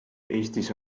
eestis